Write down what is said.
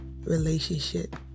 relationship